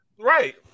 right